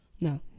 No